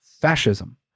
fascism